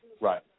Right